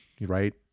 right